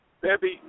Baby